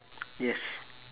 yes